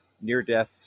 near-death